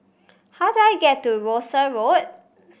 how do I get to Rosyth Road